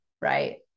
Right